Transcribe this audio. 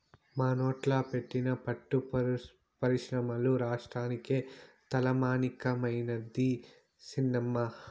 మనోట్ల పెట్టిన పట్టు పరిశ్రమ రాష్ట్రానికే తలమానికమైనాది సినమ్మా